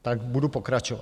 Tak budu pokračovat.